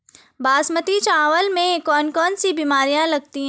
बासमती चावल में कौन कौन सी बीमारियां लगती हैं?